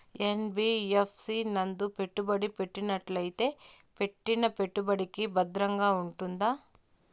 NBFC నందు పెట్టుబడి పెట్టినట్టయితే పెట్టిన పెట్టుబడికి భద్రంగా ఉంటుందా?